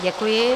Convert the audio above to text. Děkuji.